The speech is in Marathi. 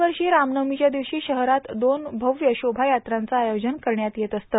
दरवर्षी रामनवमीच्या दिवशी शहरात दोन भव्य शोभायात्रांचं आयोजन करण्यात येत असते